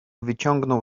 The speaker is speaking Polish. wyciągnął